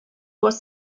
was